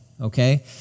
okay